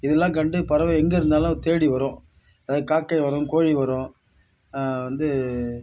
இதலாம் கண்டு பறவை எங்கே இருந்தாலும் தேடி வரும் அதாவது காக்கை வரும் கோழி வரும் வந்து